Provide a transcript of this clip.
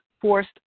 forced